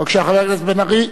בבקשה, חבר הכנסת בן-ארי.